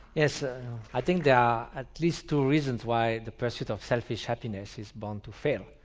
yes ah i think there are at least two reasons why the pursuit of selfish happiness is bound to fail.